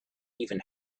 even